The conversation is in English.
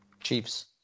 Chiefs